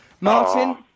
Martin